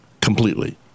completely